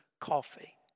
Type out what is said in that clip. Coffee